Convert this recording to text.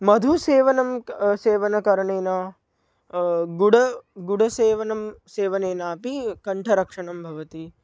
मधुसेवनं क् सेवनकारणेन गुड गुडसेवनं सेवनेनापि कण्ठरक्षणं भवति